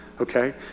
okay